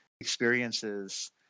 experiences